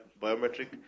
biometric